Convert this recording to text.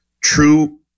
True